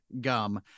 gum